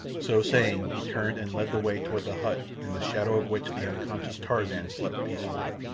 so saying, he turned and led the way toward the hut, in the shadow of which the unconscious tarzan slept peacefully.